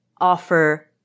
offer